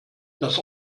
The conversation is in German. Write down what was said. das